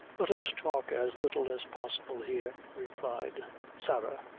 let us talk as little as possible here, replied sarah,